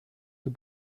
the